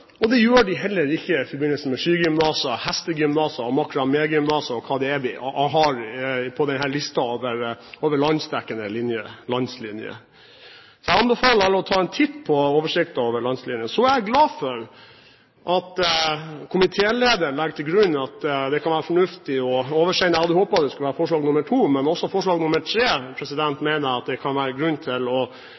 og det gjør de heller ikke i forbindelse med skigymnaser, hestegymnaser, makramégymnaser, og hva det er vi har på denne listen over landslinjer. Jeg anbefaler alle å ta en titt på oversikten over landslinjer. Så er jeg glad for at komitélederen legger til grunn at det kan være fornuftig å oversende forslag. Jeg hadde håpet at det skulle være forslag nr. 2, men også forslag nr. 3 mener jeg det kan være grunn til å oversende dersom statsråden kan bekrefte at hun jobber for å gjøre det lettere å